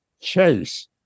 chase